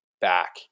back